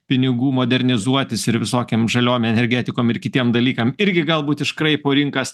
pinigų modernizuotis ir visokiem žaliom energetikom ir kitiem dalykam irgi galbūt iškraipo rinkas